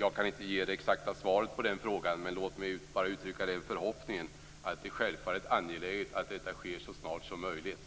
Jag kan inte ge det exakta svaret på den frågan, men låt mig uttrycka förhoppningen att det sker så snart som möjligt.